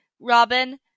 Robin